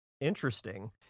Interesting